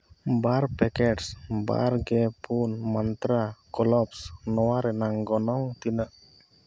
ᱵᱟᱨ packets ᱵᱟᱨ ᱜᱮ ᱯᱩᱱ ᱢᱟᱱᱛᱨᱟ ᱠᱚᱞᱚᱯᱥ ᱱᱚᱣᱟ ᱨᱮᱱᱟᱜ ᱜᱚᱱᱚᱝ ᱛᱤᱱᱟᱹᱜ